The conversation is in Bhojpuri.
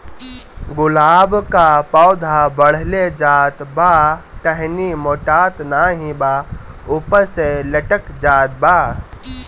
गुलाब क पौधा बढ़ले जात बा टहनी मोटात नाहीं बा ऊपर से लटक जात बा?